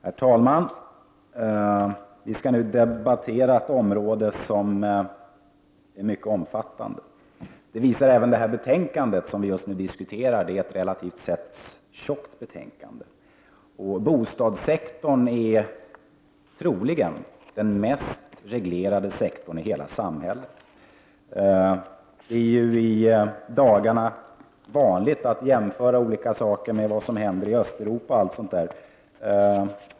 Herr talman! Vi skall nu debattera ett område som är mycket omfattande. Det visar även det här betänkandet. Det är ett relativt tjockt betänkande. Bostadssektorn är troligen den mest reglerade sektorn i hela samhället. Det är i dagarna vanligt att jämföra olika företeelser med det som händer i Östeuropa just nu.